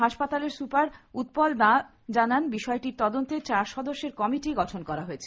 হাসপাতালের সুপার উৎপল দাঁ জানান বিষয়টির তদন্তে চার সদস্যের কমিটি গঠন করা হয়েছে